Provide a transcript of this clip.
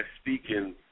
speaking